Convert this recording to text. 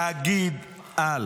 להגיד על